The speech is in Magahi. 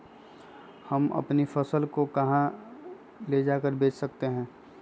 हम अपनी फसल को कहां ले जाकर बेच सकते हैं?